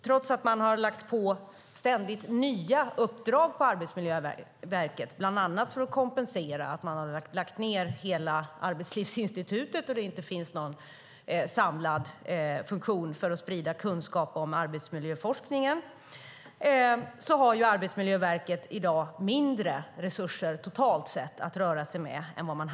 Trots att man ständigt har lagt nya uppdrag på Arbetsmiljöverket, bland annat för att kompensera för att man har lagt ned hela Arbetslivsinstitutet och att det inte finns någon samlad funktion för att sprida kunskap om arbetsmiljöforskningen, har Arbetsmiljöverket i dag mindre resurser totalt sett att röra sig med än 2006.